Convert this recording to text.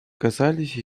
казались